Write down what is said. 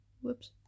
Whoops